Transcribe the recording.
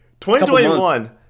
2021